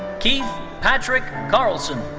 keith patrick karlsen.